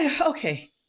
okay